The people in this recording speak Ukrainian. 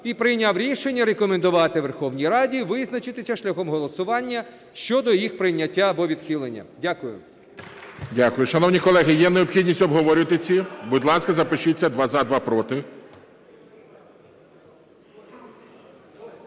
і прийняв рішення рекомендувати Верховній Раді визначитись шляхом голосування щодо їх прийняття або відхилення. Дякую.